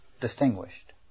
distinguished